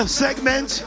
segment